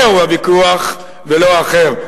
זהו הוויכוח ולא אחר.